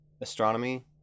astronomy